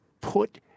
put